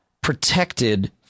protected